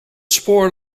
spoor